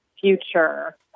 future